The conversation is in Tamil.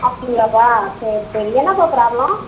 அப்படியாப்பா சரி சரி என்னப்பா பிராப்ளம்